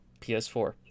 PS4